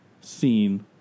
seen